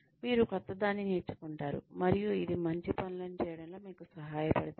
మీరు క్రొత్తదాన్ని నేర్చుకుంటారు మరియు ఇది మంచి పనులను చేయడంలో మీకు సహాయపడుతుంది